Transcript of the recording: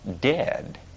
dead